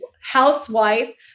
housewife